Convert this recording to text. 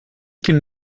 qu’ils